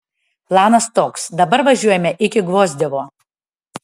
planas toks dabar važiuojame iki gvozdiovo